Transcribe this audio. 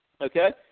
Okay